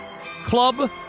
club